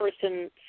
person